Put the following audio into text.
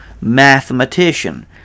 mathematician